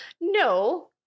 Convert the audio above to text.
No